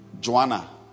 Joanna